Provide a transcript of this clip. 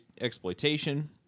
exploitation